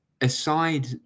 aside